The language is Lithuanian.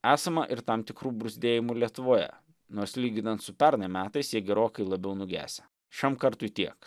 esama ir tam tikrų bruzdėjimų lietuvoje nors lyginant su pernai metais jie gerokai labiau nugesę šiam kartui tiek